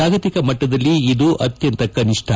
ಜಾಗತಿಕ ಮಟ್ಟದಲ್ಲಿ ಇದು ಅತ್ಯಂತ ಕನಿಷ್ಠ